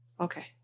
Okay